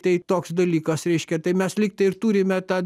tai toks dalykas reiškia tai mes lyg tai ir turime tą